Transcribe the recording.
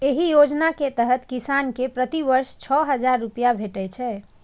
एहि योजना के तहत किसान कें प्रति वर्ष छह हजार रुपैया भेटै छै